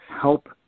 help